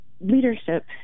Leadership